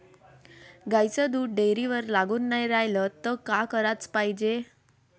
गाईचं दूध डेअरीवर लागून नाई रायलं त का कराच पायजे?